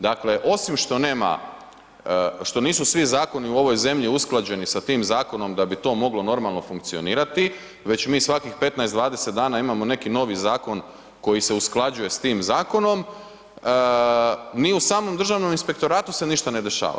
Dakle, osim što nisu svi zakonu u ovoj zemlji usklađeni sa tim zakonom da bi to moglo normalno funkcionirati, već mi svakih 15, 20 dana imamo neki novi zakon koji se usklađuje sa tim zakonom, ni u samom Državnom inspektoratu se ništa ne dešava.